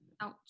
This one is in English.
Ouch